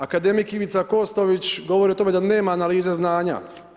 Akademik Ivica Kostović govori o tome da nema analize znanja.